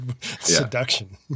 seduction